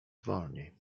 wolniej